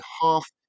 half